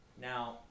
Now